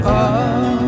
up